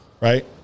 right